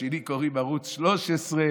לשני קוראים ערוץ 13,